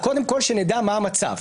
קודם כול שנדע מה המצב.